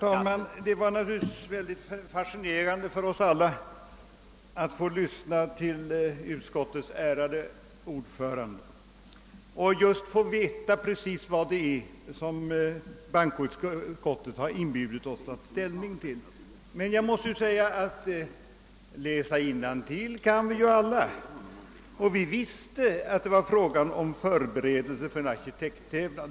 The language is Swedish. Herr talman! Det var naturligtvis mycket fascinerande för oss alla att lyssna till utskottets ärade ordförande och precis få veta vad det är som bankoutskottet inbjudit oss att ta ställning till: Men läsa innantill kan vi ju alla, och vi visste att det var fråga om för beredelse för en arkitekttävlan.